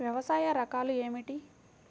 వ్యవసాయ రకాలు ఏమిటి?